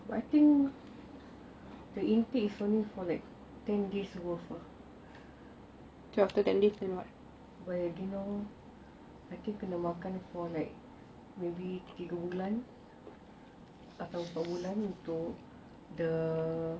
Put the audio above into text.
I think the intake is only for like ten days worth ah I think kena makan for like tiga bulan atau empat bulan untuk the